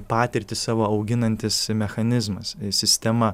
patirtį savo auginantis mechanizmas sistema